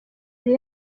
yari